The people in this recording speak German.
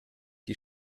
die